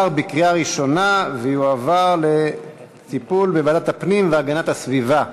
התשע"ד 2014, לוועדת הפנים והגנת הסביבה נתקבלה.